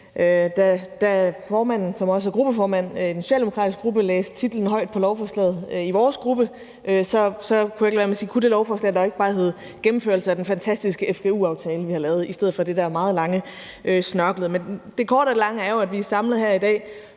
da formanden, som også er gruppeformand i den socialdemokratiske gruppe, læste titlen på lovforslaget højt i vores gruppe, så kunne jeg ikke lade være med at spørge, om det lovforslag dog ikke bare kunne hedde »Gennemførelse af den fantastiske fgu-aftale, vi har lavet« i stedet for det der meget lange og snørklede. Men det korte af det lange er jo, at vi er samlet her i dag